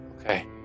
Okay